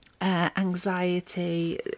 anxiety